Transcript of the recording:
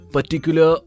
particular